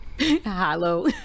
Hello